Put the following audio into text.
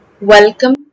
welcome